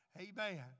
Amen